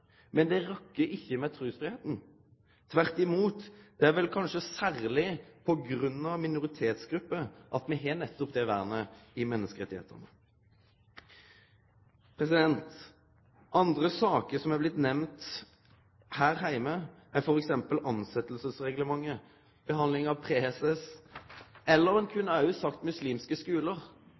men det rokkar ikkje ved trusfridomen. Tvert imot, det er vel kanskje særleg på grunn av minoritetsgrupper at me har nettopp det vernet i menneskerettane. Andre saker som er blitt nemnde her heime, er f.eks. tilsetjingsreglementet og behandlinga av preses. Ein kunne òg nemnt muslimske skular,